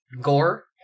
Gore